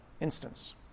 instance